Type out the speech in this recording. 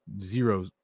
zero